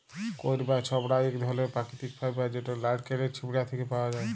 কইর বা ছবড়া ইক ধরলের পাকিতিক ফাইবার যেট লাইড়কেলের ছিবড়া থ্যাকে পাউয়া যায়